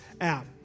app